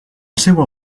seua